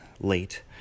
late